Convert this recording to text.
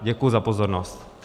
Děkuji za pozornost.